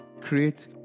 create